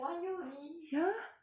ya